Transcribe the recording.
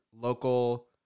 local